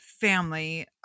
family